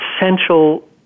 essential